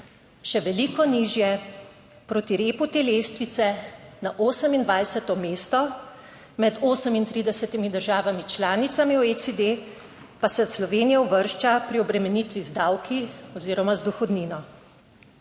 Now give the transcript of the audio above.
Še veliko nižje, proti repu te lestvice, na 28. mesto, med 38 državami članicami OECD, pa se Slovenija uvršča pri obremenitvi z davki oziroma z dohodnino.